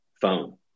phone